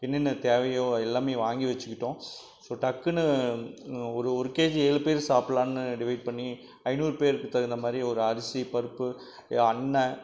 என்னென்ன தேவையோ எல்லாம் வாங்கி வச்சுக்கிட்டோம் ஸோ டக்குன்னு ஒரு ஒரு கேஜி ஏழு பேர் சாப்பிட்லான்னு டிவைட் பண்ணி ஐநூறு பேருக்கு தகுந்த மாதிரி ஒரு அரிசி பருப்பு அன்ன